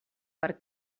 per